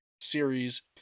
series